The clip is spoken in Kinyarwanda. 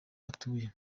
batuye